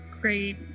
great